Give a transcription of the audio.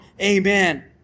Amen